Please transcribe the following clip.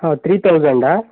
ಹೌದು ತ್ರೀ ತೌಸೆಂಡಾ